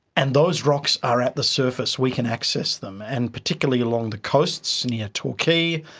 and those rocks are at the surface, we can access them, and particularly along the coasts near torquay,